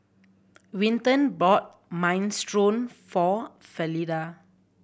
Winton bought Minestrone for Fleda